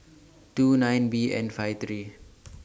two nine B N five three